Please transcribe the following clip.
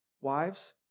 wives